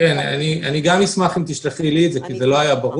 אני גם אשמח אם תשלחי לי את זה כי זה לא היה ברור.